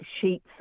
sheets